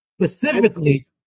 specifically